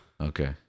Okay